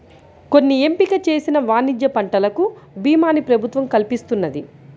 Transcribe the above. కొన్ని ఎంపిక చేసిన వాణిజ్య పంటలకు భీమాని ప్రభుత్వం కల్పిస్తున్నది